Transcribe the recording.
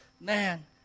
Man